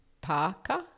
Parker